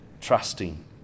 trusting